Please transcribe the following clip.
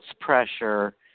pressure